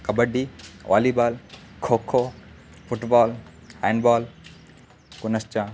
kabaddi volleyball kho kho football handball पुनश्च